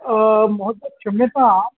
महोदय क्षम्यतां